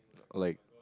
like